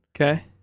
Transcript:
Okay